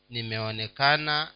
Nimeonekana